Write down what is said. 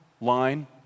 line